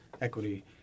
equity